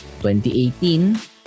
2018